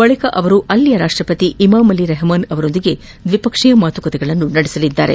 ಬಳಿಕ ಅವರು ಅಲ್ಲಿನ ರಾಷ್ಷಪತಿ ಇಮಾಮಲಿ ರಹಮಾನ್ ಅವರೊಂದಿಗೆ ದ್ವಿಪಕ್ಷೀಯ ಮಾತುಕತೆ ನಡೆಸಲಿದ್ದಾರೆ